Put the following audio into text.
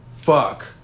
Fuck